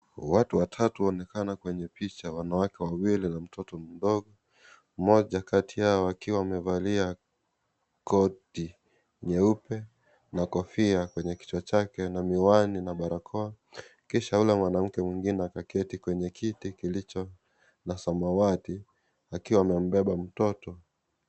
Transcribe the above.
Watu watatu waonekana kwenye picha. Wanawake wawili na mtoto mdogo. Mmoja kati yao akiwa amevalia koti nyeupe na kofia kwenye kichwa chake na miwani na barakoa kisha yule mwanamke mwengine akaketi kwenye kiti kilicho na samawati akiwa amembeba mtoto.